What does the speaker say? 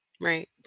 Right